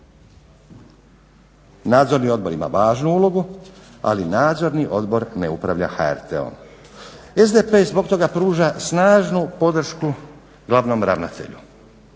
Nadzorni odbor ima važnu ulogu, ali Nadzorni odbor ne upravlja HRT-om. SDP zbog toga pruža snažnu podršku glavnom ravnatelju.